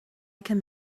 come